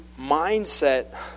mindset